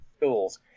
tools